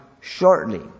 shortly